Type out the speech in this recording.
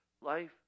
life